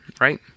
Right